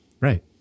Right